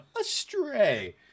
astray